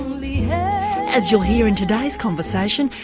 like as you'll hear in today's conversation,